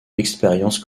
l’expérience